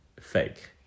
fake